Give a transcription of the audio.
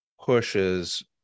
pushes